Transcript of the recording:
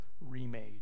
remade